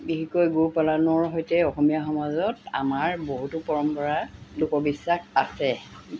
বিশেষকৈ গৰু পালনৰ সৈতে অসমীয়া সমাজত আমাৰ বহুতো পৰম্পৰা লোকবিশ্বাস আছে